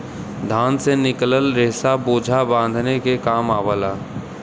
धान से निकलल रेसा बोझा बांधे के काम आवला